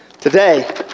today